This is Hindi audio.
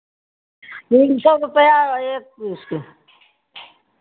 तीन सौ रुपैया एक पीस के